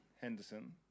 Henderson